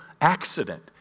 accident